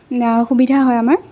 সুবিধা হয় আমাৰ